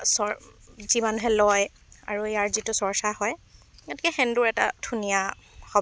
চৰ যি মানুহে লয় আৰু ইয়াৰ যিটো চৰ্চা হয় গতিকে সেন্দুৰ এটা ধুনীয়া শব্দ